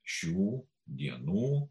šių dienų